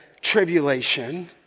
tribulation